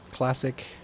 Classic